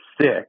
sick